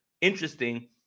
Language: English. interesting